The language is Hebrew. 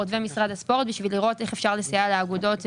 ומשרד הספורט כדי לראות איך אפשר לסייע לאגודות,